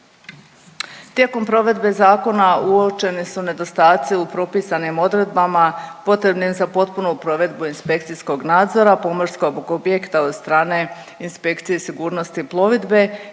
Tijekom provedbe zakona uočeni su nedostatci u propisanim odredbama potrebnim za potpunu provedbu inspekcijskog nadzora pomorskog objekta od strane inspekcije sigurnosti plovidbe